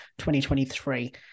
2023